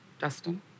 Justin